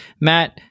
Matt